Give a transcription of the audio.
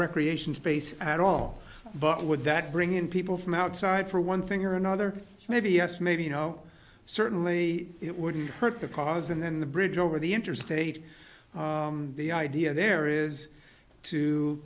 recreation space at all but would that bring in people from outside for one thing or another maybe yes maybe no certainly it wouldn't hurt the cause and then the bridge over the interstate the idea there is to